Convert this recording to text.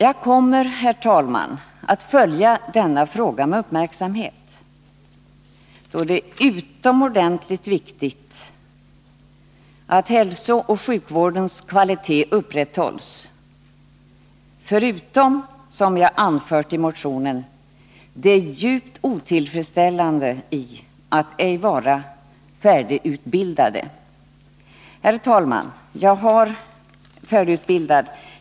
Jag kommer, herr talman, att följa denna fråga med uppmärksamhet, då det är utomordentligt viktigt att hälsooch sjukvårdens kvalitet upprätthålls. Dessutom är det, som jag har anfört i motionen, djupt otillfredsställande att ej vara färdigutbildad. Herr talman!